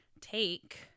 take